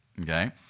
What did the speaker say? okay